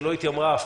ולא התיימרה,